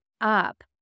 up